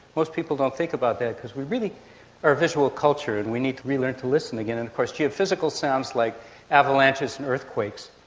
most people don't think about that because we really are a visual culture and we need to relearn to listen again. and of course geophysical sounds like avalanches and earthquakes.